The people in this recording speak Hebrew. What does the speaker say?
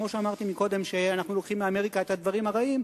כמו שאמרתי קודם שאנחנו לוקחים מאמריקה את הדברים הרעים,